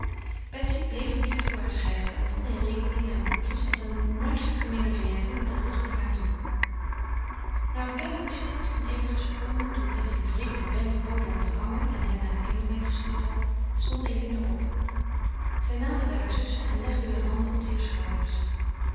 betsy bleef verdiept voor haar schrijftafel in rekeningen en boekjes als een naarstige menagère met den rug naar haar toe na een pijnlijke stilte van eenige seconden toen betsy wrevelig ben verboden had te hangen en hem naar de kindermeid gestuurd had stond eline op zij naderde haar zuster en legde heur handen op dier schouders